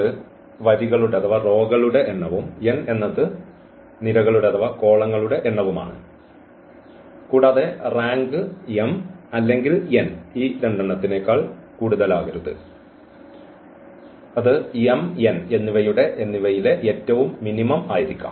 m എന്നത് വരികളുടെ എണ്ണവും n എന്നത് നിരകളുടെ എണ്ണവുമാണ് കൂടാതെ റാങ്ക് m അല്ലെങ്കിൽ n നേക്കാൾ കൂടുതലാകരുത് ഇത് m n എന്നിവയുടെ ഏറ്റവും മിനിമം ആയിരിക്കാം